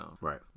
Right